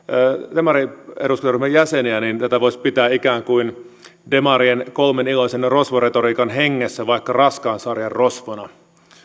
demarieduskuntaryhmän jäseniä niin tätä voisi pitää ikään kuin demarien kolme iloista rosvoa retoriikan hengessä vaikka raskaan sarjan rosvona